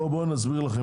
אסביר לכם,